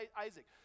Isaac